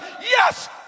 Yes